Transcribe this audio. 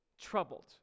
troubled